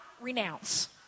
renounce